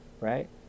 right